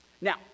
Now